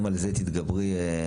גם על זה תתגברי במהרה.